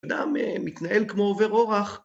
אדם מתנהל כמו עובר אורח.